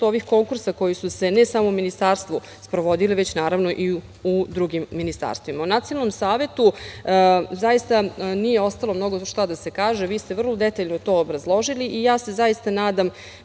ovih konkursa koji su se ne samo u ministarstvu sprovodili, već i u drugim ministarstvima.O Nacionalnom savetu nije ostalo mnogo šta da se kaže. Vi ste vrlo detaljno to obrazložili. Ja se zaista nadam,